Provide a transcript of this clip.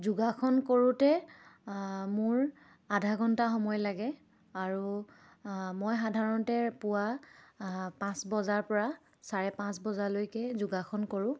যোগাসন কৰোঁতে মোৰ আধা ঘণ্টা সময় লাগে আৰু মই সাধাৰণতে পুৱা পাঁচ বজাৰ পৰা চাৰে পাঁচ বজালৈকে যোগাসন কৰোঁ